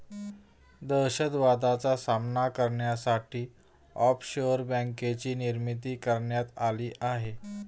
दहशतवादाचा सामना करण्यासाठी ऑफशोअर बँकेचीही निर्मिती करण्यात आली आहे